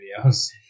videos